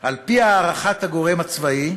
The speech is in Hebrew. על-פי הערכת הגורם" הצבאי,